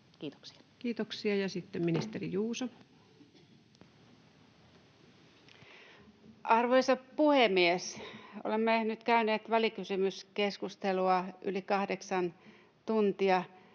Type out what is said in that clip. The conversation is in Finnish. turvaamisesta Time: 22:17 Content: Arvoisa puhemies! Olemme nyt käyneet välikysymyskeskustelua yli kahdeksan tuntia.